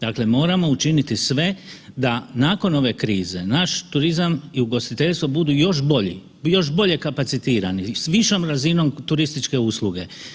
Dakle, moramo učiniti sve da nakon ove krize naš turizam i ugostiteljstvo budu još bolji, još bolje kapacitirani s višom razinom turističke usluge.